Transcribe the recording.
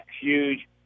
huge